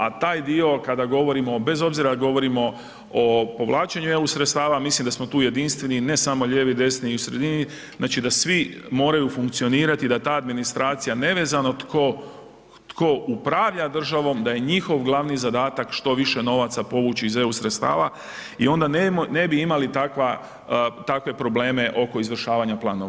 A taj dio kada govorimo, bez obzira ako govorimo o povlačenju eu sredstava mislim da smo tu jedinstveni, ne smo lijevi, desni i u sredini, znači da svi moraju funkcionirati da ta administracija nevezano tko upravlja državom da je njihov glavni zadatak što više novaca povući iz eu sredstava i onda ne bi imali takve probleme oko izvršavanja planova.